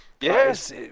yes